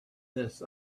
this